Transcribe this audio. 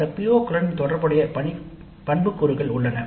அந்த PO களுடன் தொடர்புடைய பண்புக்கூறுகள் உள்ளன